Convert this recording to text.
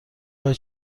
خوای